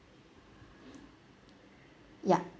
ya